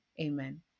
amen